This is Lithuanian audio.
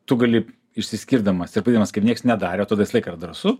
tu gali išsiskirdamas ir padarydamas kaip nieks nedarė tai visą laiką yra drąsu